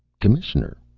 commissioner!